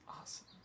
awesome